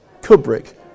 kubrick